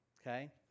Okay